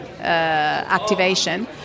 activation